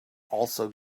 also